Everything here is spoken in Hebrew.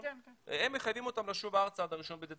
הם מחייבים אותם לשוב ארצה עד ה- 1.12,